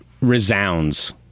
resounds